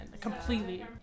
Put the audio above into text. completely